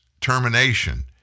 termination